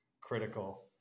critical